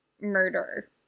murder